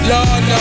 Lord